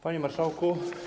Panie Marszałku!